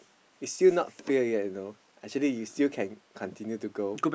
it's not fail yet you know actually you still can continue to go